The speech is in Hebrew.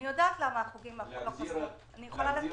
אם נדרש